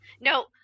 No